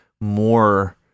More